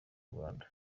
rwanda